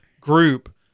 group